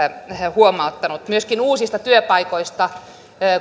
huomauttanut myöskin uusista työpaikoista